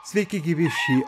sveiki gyvi šį